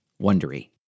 Wondery